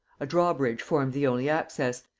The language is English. a drawbridge formed the only access,